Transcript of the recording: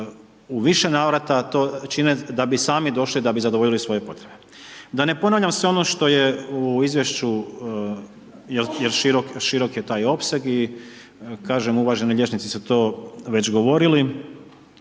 u više navrata to čine da bi sami došli da bi zadovoljili svoje potrebe. Da ne ponavljam sve ono što je u izvješću, jer širok je taj opseg i kažem, uvaženi liječnici su to već govorili,